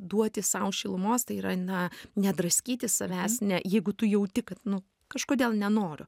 duoti sau šilumos tai yra na nedraskyti savęs ne jeigu tu jauti kad nu kažkodėl nenoriu